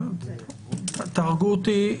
תהרגו אותי